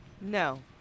No